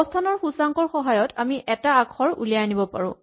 অৱস্হানৰ সূচাংকৰ সহায়ত আমি এটা আখৰ উলিয়াই আনিব পাৰো